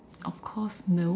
of cause no